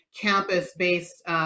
campus-based